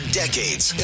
decades